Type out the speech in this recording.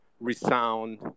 resound